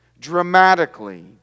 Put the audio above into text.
dramatically